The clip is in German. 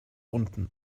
unten